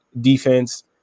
defense